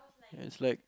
it's like